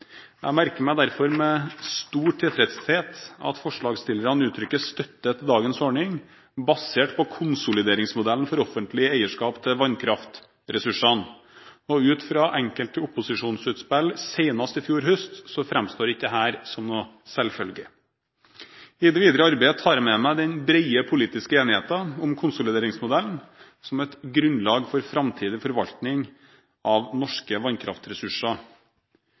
Jeg merker meg derfor med stor tilfredshet at forslagsstillerne uttrykker støtte til dagens ordning, basert på konsolideringsmodellen for offentlig eierskap til vannkraftressursene. Ut fra enkelte av opposisjonens utspill i fjor høst framstår ikke dette som noen selvfølge. I det videre arbeidet tar jeg med meg denne brede politiske enigheten om konsolideringsmodellen som et grunnlag for framtidig forvaltning av norske vannkraftressurser.